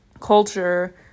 culture